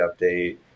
update